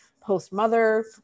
post-mother